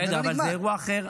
בסדר, אבל זה אירוע אחר.